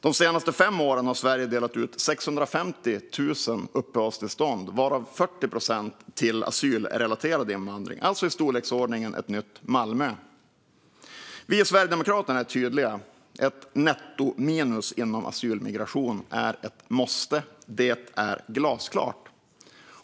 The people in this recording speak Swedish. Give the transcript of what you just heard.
De senaste fem åren har Sverige delat ut 650 000 uppehållstillstånd, varav 40 procent till asylrelaterad invandring. Det är i storleksordningen ett nytt Malmö. Vi i Sverigedemokraterna är tydliga: Ett nettominus inom asylmigration är ett måste. Det är glasklart.